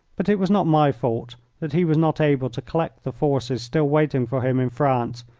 but it was not my fault that he was not able to collect the forces still waiting for him in france,